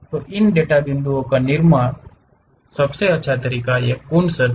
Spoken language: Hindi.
इन डेटा बिंदुओं के निर्माण का सबसे अच्छा तरीका क्या है